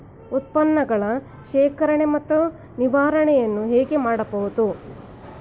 ಉತ್ಪನ್ನಗಳ ಶೇಖರಣೆ ಮತ್ತು ನಿವಾರಣೆಯನ್ನು ಹೇಗೆ ಮಾಡಬಹುದು?